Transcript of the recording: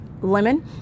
lemon